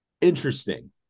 Interesting